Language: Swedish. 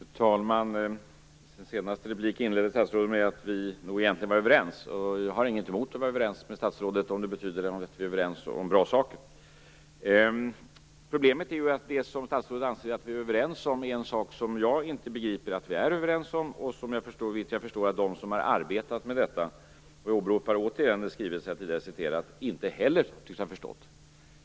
Fru talman! I sitt senaste inlägg inledde statsrådet med att säga att vi nog egentligen är överens. Jag har ingenting emot att vara överens med statsrådet, om det betyder att vi är överens om bra saker. Problemet är att det som statsrådet anser att vi är överens om är en sak som jag inte begriper att vi är överens om, och som de som har arbetat med detta - jag åberopar återigen den skrivelse som jag tidigare citerade - inte heller förstår.